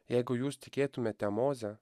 jeigu jūs tikėtumėte moze